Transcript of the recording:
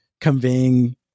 conveying